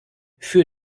für